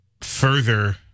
further